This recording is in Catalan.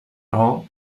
raó